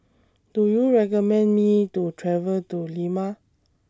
Do YOU recommend Me to travel to Lima